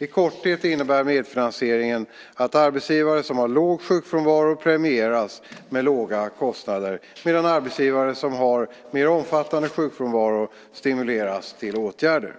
I korthet innebär medfinansieringen att arbetsgivare som har låg sjukfrånvaro premieras med låga kostnader medan arbetsgivare som har mer omfattande sjukfrånvaro stimuleras till åtgärder.